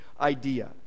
idea